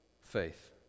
faith